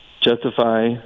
Justify